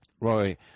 roy